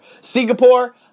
Singapore